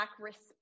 respect